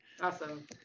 awesome